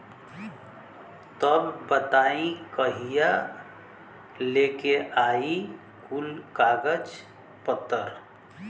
तब बताई कहिया लेके आई कुल कागज पतर?